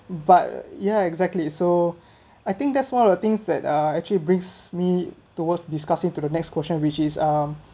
but ya exactly so I think that's one of the things that are actually brings me towards discussing to the next question which is um